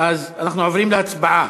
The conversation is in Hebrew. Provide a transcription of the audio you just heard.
אז אנחנו עוברים להצבעה.